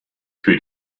für